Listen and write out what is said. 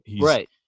Right